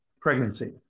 pregnancy